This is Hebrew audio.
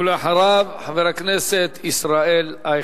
ואחריו, חבר הכנסת ישראל אייכלר.